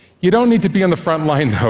you don't need to be on the front line, though,